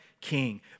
king